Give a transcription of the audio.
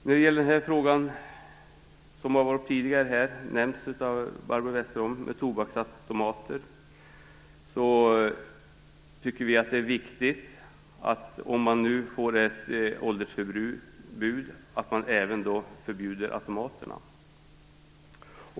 När det gäller frågan om tobaksautomater, som tidigare nämnts här av Barbro Westerholm, tycker vi att det är viktigt att man förbjuder även dessa om det nu blir en åldersgräns.